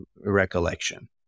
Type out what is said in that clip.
recollection